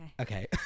Okay